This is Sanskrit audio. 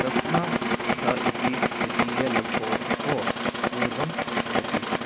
तस्मात् स इति द्वितीय लघोः पूर्वं यतिः